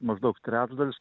maždaug trečdalis